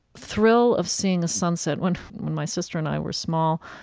thrill of seeing a sunset when when my sister and i were small,